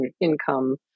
income